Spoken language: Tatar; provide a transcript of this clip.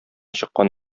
чыккан